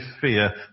fear